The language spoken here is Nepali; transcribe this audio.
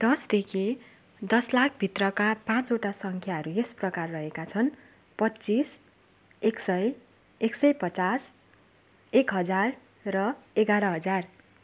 दसदेखि दस लाख भित्रका पाँचवटा सङ्ख्याहरू यस प्रकार रहेका छन् पच्चिस एक सय एक सय पचास एक हजार र एघार हजार